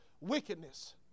wickedness